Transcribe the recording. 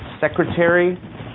Secretary